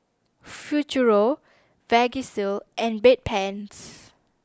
Futuro Vagisil and Bedpans